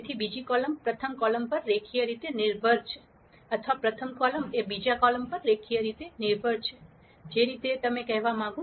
તેથી બીજી કોલમ પ્રથમ કોલમ પર રેખીય રીતે નિર્ભર છે અથવા પ્રથમ કોલમ બીજા કોલમ પર રેખીય રીતે નિર્ભર છે જે રીતે તમે કહેવા માંગો